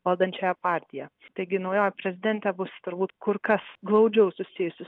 valdančiąją partiją taigi naujoji prezidentė bus turbūt kur kas glaudžiau susijusi